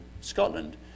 Scotland